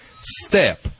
step